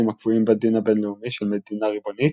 הקבועים בדין הבין־לאומי של מדינה ריבונית,